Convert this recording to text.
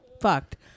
Fucked